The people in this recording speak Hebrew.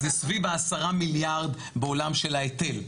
אז זה סביב ה-10 מיליארד בעולם של ההיטל.